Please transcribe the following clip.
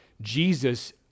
Jesus